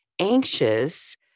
anxious